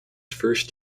first